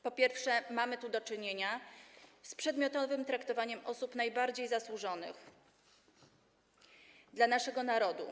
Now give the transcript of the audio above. Po pierwsze, mamy tu do czynienia z przedmiotowym traktowaniem osób najbardziej zasłużonych dla naszego narodu.